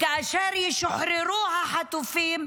כאשר ישוחררו החטופים,